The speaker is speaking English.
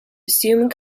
assume